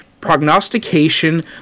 Prognostication